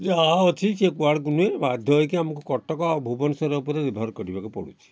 ଯାହା ଅଛି ସିଏ କୁଆଡ଼କୁ ନୁହେଁ ବାଧ୍ୟ ହେଇକି ଆମକୁ କଟକ ଆଉ ଭୁବନେଶ୍ୱର ଉପରେ ନିର୍ଭର କରିବାକୁ ପଡ଼ୁଛି